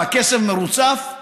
והכסף מרוצף.